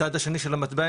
הצד השני של המטבע,